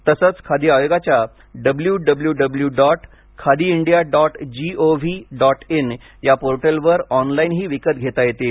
तसंच खादी आयोगाच्या W W W dot Khadi India dot G O V dot in या पोर्टलवर ऑनलाईनही विकत घेता येतील